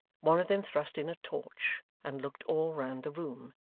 one of them thrust in a torch and looked all round the room.